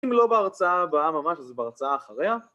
‫אם לא בהרצאה הבאה ממש, ‫אז זה בהרצאה אחריה.